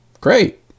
Great